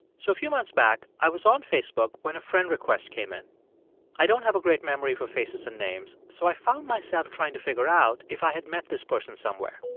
so a few months back, i was on facebook when a friend request came in i don't have a great memory for faces and names, so i found myself trying to figure out if i had met this person somewhere.